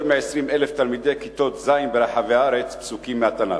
מ-20,000 תלמידי כיתות ז' ברחבי הארץ פסוקים מהתנ"ך.